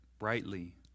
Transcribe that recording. brightly